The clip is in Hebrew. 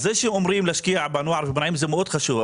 זה שאומרים להשקיע בנוער ובנערים זה מאוד חשוב,